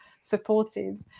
supportive